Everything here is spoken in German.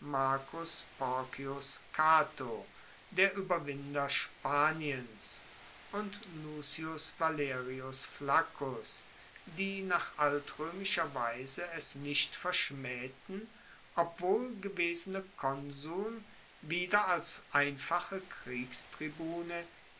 porcius cato der ueberwinder spaniens und lucius valerius flaccus die nach altroemischer weise es nicht verschmaehten obwohl gewesene konsuln wieder als einfache kriegstribune